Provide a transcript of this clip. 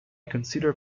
consider